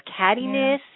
cattiness